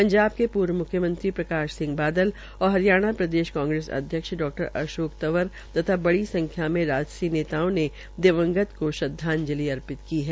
पंजाब के पूर्व मुख्यमंत्री प्रकाश सिंह बादल और हरियाणा प्रदेश कांग्रेस अध्यक्ष डा अशोक तंवर तथा बड़ी संख्या में राजसी नेताओं ने दिवंगत को श्रद्वाजंलि अर्पित की है